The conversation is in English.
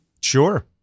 Sure